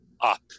up